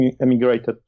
emigrated